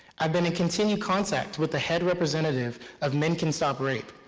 i've been in continued contact with the head representative of men can stop rape,